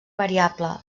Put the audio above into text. variable